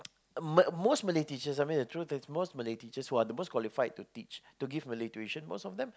m~ most Malay teachers I mean the truth is most Malay teachers who are the most qualified to teach to give Malay tuition or sometime